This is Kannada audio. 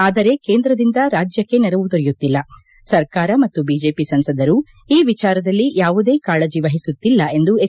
ಆದರೆ ಕೇಂದ್ರದಿಂದ ರಾಜ್ಯಕ್ಕೆ ನೆರವು ದೊರೆಯುತ್ತಿಲ್ಲ ಸರ್ಕಾರ ಮತ್ತು ಬಿಜೆಪಿ ಸಂಸದರು ಈ ವಿಚಾರದಲ್ಲಿ ಯಾವುದೇ ಕಾಳಜಿ ವಹಿಸುತ್ತಿಲ್ಲ ಎಂದು ಎಚ್